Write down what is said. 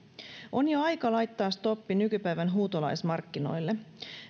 on jo aika laittaa stoppi nykypäivän huutolaismarkkinoille